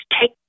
take